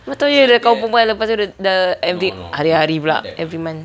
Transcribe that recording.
mana tahu you ada kawan perempuan lepas tu dia break hari-hari pula every month